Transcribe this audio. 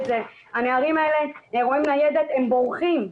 הנערים האלה רואים ניידת והם בורחים,